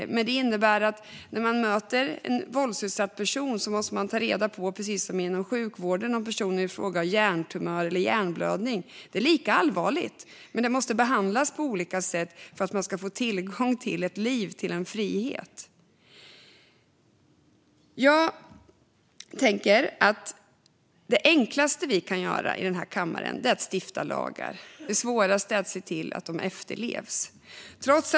Inom sjukvården måste man ta reda på om en person har en hjärntumör eller en hjärnblödning. Båda är lika allvarliga men måste behandlas på olika sätt för att personen ska återfå sitt liv och sin frihet. Likadant är det med en våldsutsatt person. Jag tänker att det enklaste vi i kammaren kan göra är att stifta lagar; det svåraste är att se till att de efterlevs.